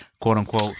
quote-unquote